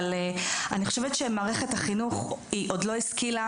אבל אני חושבת שמערכת החינוך עוד לא השכילה